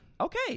Okay